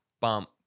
bump